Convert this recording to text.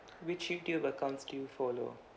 which youtube accounts do you follow